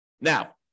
Now